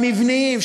המבניים,